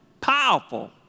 powerful